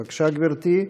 בבקשה, גברתי.